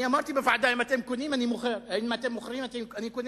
אמרתי בוועדה: אם אתם מוכרים, אני קונה.